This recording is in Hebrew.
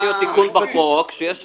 צריך להיות תיקון בחוק, שתהיה הבחנה.